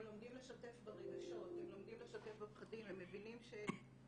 הם לומדים לשתף ברגשות, הם לומדים לשתף בפחדים.